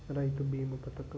రైతు భీమా పథకం